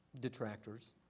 detractors